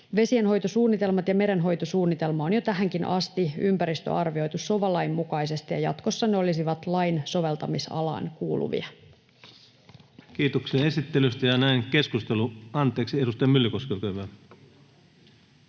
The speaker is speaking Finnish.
Vesienhoitosuunnitelmat ja merenhoitosuunnitelma on jo tähänkin asti ympäristöarvioitu sova-lain mukaisesti, ja jatkossa ne olisivat lain sovelta-misalaan kuuluvia. [Speech 30] Speaker: Ensimmäinen varapuhemies